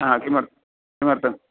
आ किमर्त् किमर्थम्